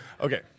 Okay